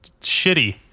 shitty